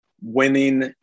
winning